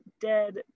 dead